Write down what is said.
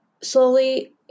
slowly